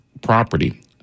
property